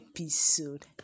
episode